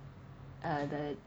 err the